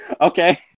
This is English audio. Okay